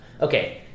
okay